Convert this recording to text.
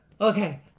okay